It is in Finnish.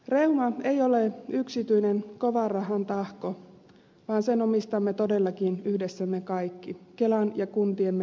reuma ei ole yksityinen kovan rahan tahko vaan sen omistamme todellakin yhdessä me kaikki kelan ja kuntiemme kautta